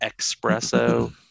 espresso